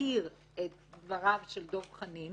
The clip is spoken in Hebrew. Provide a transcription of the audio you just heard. אזכיר את דבריו של דב חנין